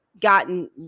gotten